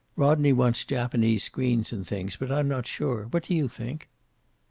rodney wants japanese screens and things, but i'm not sure. what do you think?